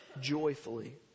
joyfully